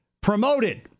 promoted